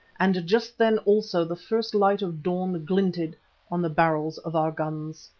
and just then also the first light of dawn glinted on the barrels of our guns.